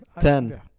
ten